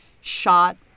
shot